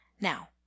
Now